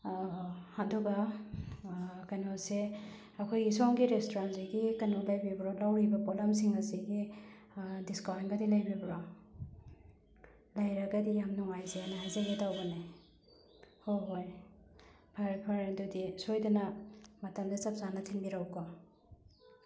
ꯑꯗꯨꯒ ꯀꯩꯅꯣꯁꯦ ꯑꯩꯈꯣꯏꯒꯤ ꯁꯣꯝꯒꯤ ꯔꯦꯁꯇꯨꯔꯦꯟꯁꯤꯒꯤ ꯀꯩꯅꯣ ꯂꯩꯕꯤꯕ꯭ꯔꯣ ꯂꯧꯔꯤꯕ ꯄꯣꯠꯂꯝꯁꯤꯡ ꯑꯁꯤꯒꯤ ꯗꯤꯁꯀꯥꯎꯟꯒꯗꯤ ꯂꯩꯕꯤꯕ꯭ꯔꯣ ꯂꯩꯔꯒꯗꯤ ꯌꯥꯝ ꯅꯨꯡꯉꯥꯏꯖꯩꯑꯅ ꯍꯥꯏꯖꯒꯦ ꯇꯧꯕꯅꯦ ꯍꯣꯍꯣꯏ ꯐꯔꯦ ꯐꯔꯦ ꯑꯗꯨꯗꯤ ꯁꯣꯏꯗꯅ ꯃꯇꯝꯗꯣ ꯆꯞ ꯆꯥꯅ ꯊꯤꯟꯕꯤꯔꯛꯎꯀꯣ